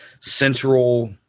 central